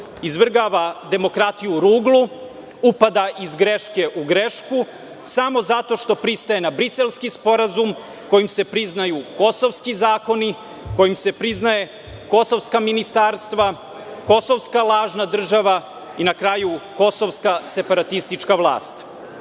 izvrgava demokratiju ruglu, upada iz greške u grešku samo zato što pristaje na Briselski sporazum kojim se priznaju kosovski zakoni, kojim se priznaju kosovska ministarstva, kosovska lažna država i, na kraju, kosovska separatistička vlast. Koje